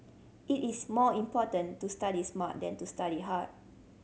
it is more important to study smart than to study hard